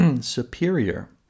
superior